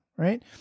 Right